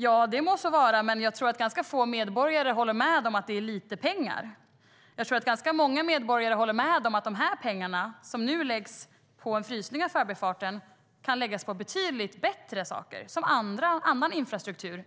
Ja, det må så vara, men jag tror att ganska få medborgare håller med om att det är lite pengar. Jag tror att ganska många medborgare håller med om att de pengar som nu läggs på en frysning av Förbifarten kan läggas på betydligt bättre saker, exempelvis annan infrastruktur.